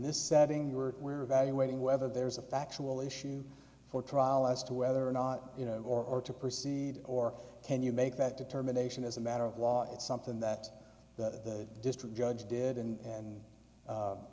this setting we're we're evaluating whether there's a factual issue for trial as to whether or not you know or to proceed or can you make that determination as a matter of law it's something that the district judge did and